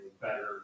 better